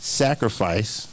sacrifice